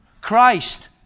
Christ